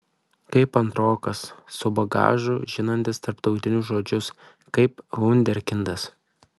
kaip antrokas su bagažu žinantis tarptautinius žodžius kaip vunderkindas